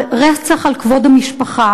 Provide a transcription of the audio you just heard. על רצח על כבוד המשפחה,